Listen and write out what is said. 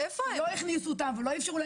שלא הכניסו אותם ולא אפשרו להם להיכנס.